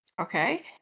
Okay